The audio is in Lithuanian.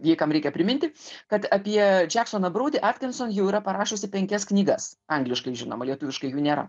jei kam reikia priminti kad apie džeksoną broudį aktinson jau yra parašiusi penkias knygas angliškai žinoma lietuviškai jų nėra